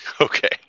Okay